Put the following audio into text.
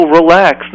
relax